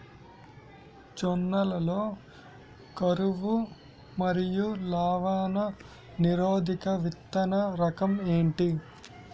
జొన్న లలో కరువు మరియు లవణ నిరోధక విత్తన రకం ఏంటి?